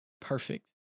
perfect